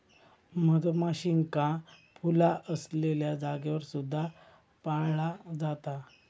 मधमाशींका फुला असलेल्या जागेवर सुद्धा पाळला जाता